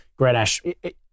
Grenache